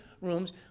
rooms